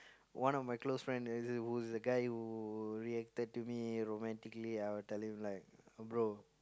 one of my close friend as a who is a guy who reacted to me romantically I would tell him like bro